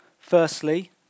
Firstly